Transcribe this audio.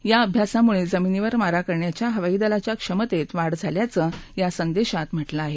या अभ्यासामुळे जमिनीवर मारा करण्याच्या हवाईदलाच्या क्षमतेत वाढ झाल्याचंही या संदेशात म्हटलं आहे